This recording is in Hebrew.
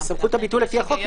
כתוב שהוא יכנס,